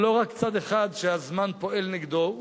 זה לא רק צד אחד שהזמן פועל נגדו,